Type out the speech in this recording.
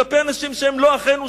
כלפי אנשים שהם לא אחינו,